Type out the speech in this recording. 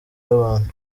y’abantu